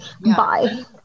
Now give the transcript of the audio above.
Bye